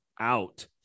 out